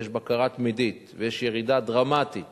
ויש בקרה תמידית ויש ירידה דרמטית